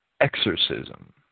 exorcism